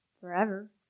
forever